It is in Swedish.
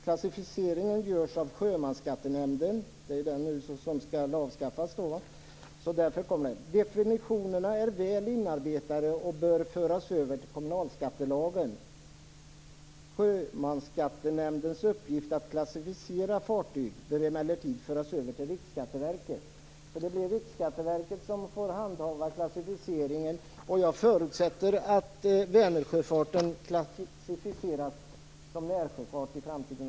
Klassificeringen görs av Sjömansskattenämnden." Det är den som nu skall avskaffas. "Definitionerna är väl inarbetade och bör föras över till kommunalskattelagen. Sjömansskattenämndens uppgift att klassificera fartygen bör emellertid föras över till Riksskatteverket." Det blir Riksskatteverket som får handhava klassificeringen. Jag förutsätter att Vänersjöfarten klassificeras som närsjöfart också i framtiden.